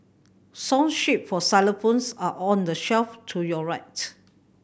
song sheet for xylophones are on the shelf to your right